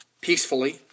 peacefully